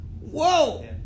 whoa